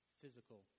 physical